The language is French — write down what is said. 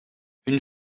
une